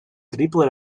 triple